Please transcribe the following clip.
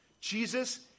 Jesus